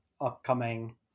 upcoming